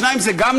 גם שניים זה נדיר,